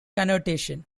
connotation